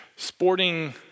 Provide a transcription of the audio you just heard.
sporting